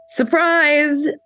Surprise